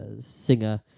singer